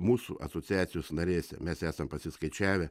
mūsų asociacijos narėse mes esam pasiskaičiavę